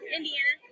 Indiana